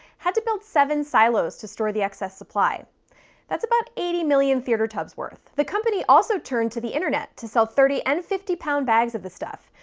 had to build seven silos to store the excess supply that's about eighty million theater tubs' worth. the company also turned to the internet to sell thirty and fifty pound bags of the stuff,